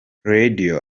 radio